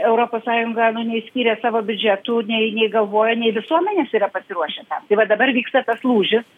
europos sąjunga nu nei skyrė savo biudžetų nei nei galvojo nei visuomenės yra pasiruošę tam tai vat dabar vyksta tas lūžis